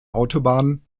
autobahn